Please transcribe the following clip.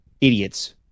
idiots